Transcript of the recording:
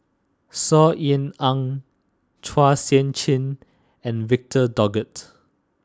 Saw Ean Ang Chua Sian Chin and Victor Doggett